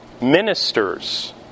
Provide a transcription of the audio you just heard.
ministers